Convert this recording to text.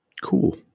Cool